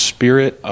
Spirit